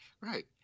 Right